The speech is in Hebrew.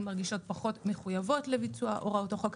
מרגישות פחות מחויבות לביצוע הוראות החוק.